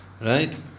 right